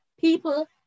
people